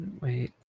wait